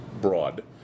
broad